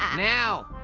and now,